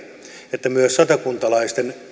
että myös satakuntalaisilla